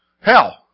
Hell